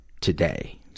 today